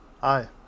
Hi